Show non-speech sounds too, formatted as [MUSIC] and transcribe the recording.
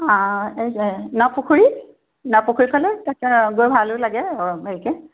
এই যে নপুখুৰী নপুখুৰীফালে তাতে গৈ ভালো লাগে [UNINTELLIGIBLE] হেৰিকে